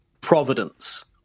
providence